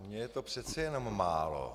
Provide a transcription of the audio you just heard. Mně je to přece jenom málo.